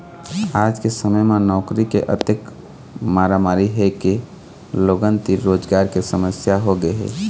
आज के समे म नउकरी के अतेक मारामारी हे के लोगन तीर रोजगार के समस्या होगे हे